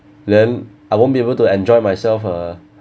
then I won't be able to enjoy myself uh